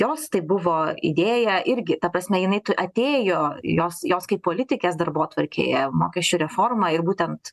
jos tai buvo idėja irgi ta prasme jinai atėjo jos jos kaip politikės darbotvarkėje mokesčių reforma ir būtent